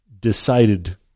decided